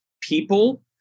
people